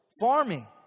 farming